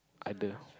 other